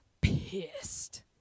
pissed